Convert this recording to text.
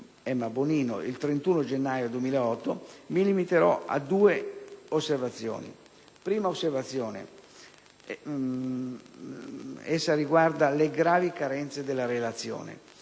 Emma Bonino il 31 gennaio 2008, mi limiterò a due osservazioni. La prima osservazione riguarda le gravi carenze della Relazione.